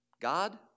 God